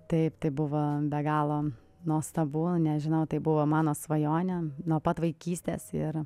taip tai buvo be galo nuostabu nežinau tai buvo mano svajonė nuo pat vaikystės ir